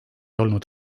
olnud